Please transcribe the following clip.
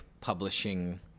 publishing